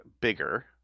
bigger